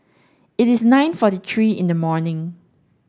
it is nine forty three in the morning